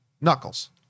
Knuckles